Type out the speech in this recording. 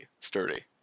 sturdy